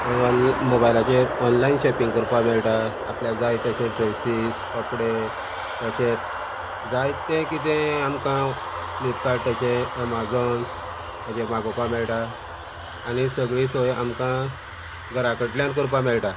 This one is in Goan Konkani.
ऑन मोबायलाचेर ऑनलायन शॉपिंग करपा मेळटा आपल्या जाय तशें ड्रेसीस कपडे तशेंच जायतें कितें आमकां फ्लिपकार्टाचें अमाझोन हेजेर मागोवपा मेळटा आनी सगळीं सोय आमकां घरा कडल्यान करपा मेळटा